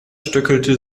stöckelte